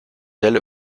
ailes